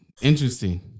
interesting